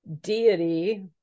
deity